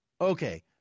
Okay